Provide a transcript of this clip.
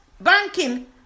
Banking